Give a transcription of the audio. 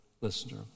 listener